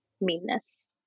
meanness